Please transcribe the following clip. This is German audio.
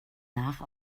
nach